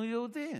אנחנו יהודים,